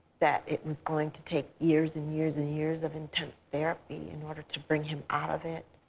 that it was going to take years and years and years of intense therapy in order to bring him out of it,